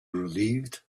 relieved